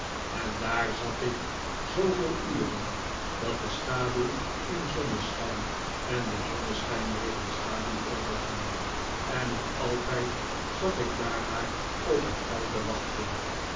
en daar zat ik zooveel uren dat de schaduw in zonneschijn en de zonneschijn weer in schaduw overging en nog altijd zat ik daar maar op het geld te wachten